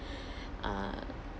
uh